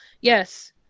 yes